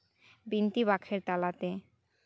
ᱵᱤᱱᱛᱤ ᱵᱟᱠᱷᱮᱬ ᱛᱟᱞᱟᱛᱮ